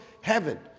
heaven